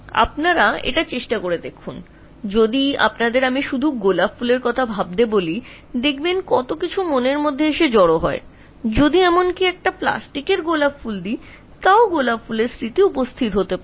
তুমি এটা চেষ্টা করে দেখ যদি তোমাকে কেবল গোলাপের কথা ভাবতে বলি দেখতে পাবে যে কতগুলি জিনিস মনে আসে এমনকি আমি যদি তোমাকে প্লাস্টিকের গোলাপ দিই তবুও গোলাপের স্মৃতি আসতে পারে